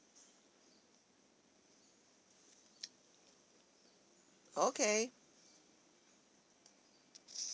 okay